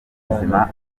w’ubuzima